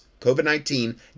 COVID-19